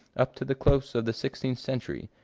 up to the close of the sixteenth century,